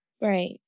Right